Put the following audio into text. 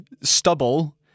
stubble